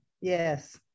yes